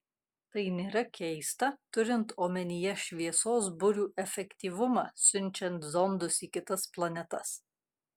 tai nėra keista turint omenyje šviesos burių efektyvumą siunčiant zondus į kitas planetas